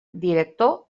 director